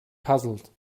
puzzled